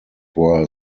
were